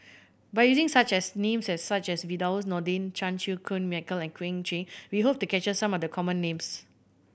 by using such as names such as Firdaus Nordin Chan Chew Koon Michael and Owyang Chi we hope to capture some of the common names